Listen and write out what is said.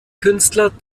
künstler